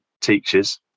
teachers